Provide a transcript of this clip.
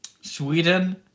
Sweden